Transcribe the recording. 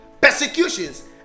persecutions